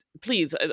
please